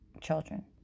children